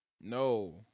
No